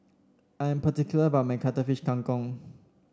I am particular about my Cuttlefish Kang Kong